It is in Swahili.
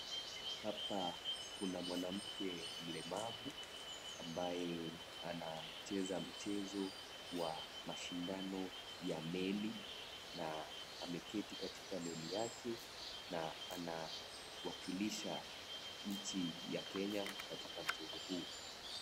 Hapa kuna mwanamke mlemavu ambaye anacheza mchezo wa mashindano ya meli na ameketi katika meli yake na anawakilisha nchi ya Kenya katika mchezo huu .